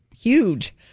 huge